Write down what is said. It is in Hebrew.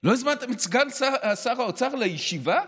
לא הזמנתם את סגן שר האוצר לישיבה?